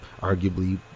arguably